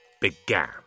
began